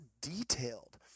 detailed